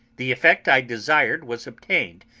the effect i desired was obtained,